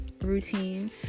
routine